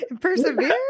persevere